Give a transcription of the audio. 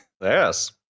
Yes